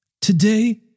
Today